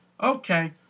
Okay